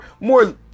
more